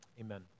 amen